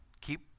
keep